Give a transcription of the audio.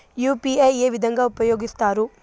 UPI ఏ విధంగా ఉపయోగిస్తారు?